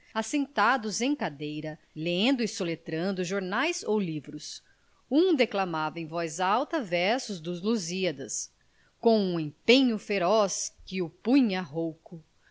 assentados em cadeira lendo e soletrando jornais ou livros um declamava em voz alta versos de os lusíadas com um empenho feroz que o punha rouco